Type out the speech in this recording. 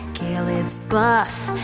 gale is buff,